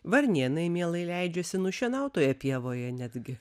varnėnai mielai leidžiasi nušienautoje pievoje netgi